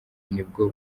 nibwo